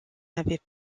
n’avait